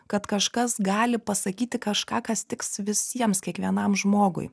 kad kažkas gali pasakyti kažką kas tiks visiems kiekvienam žmogui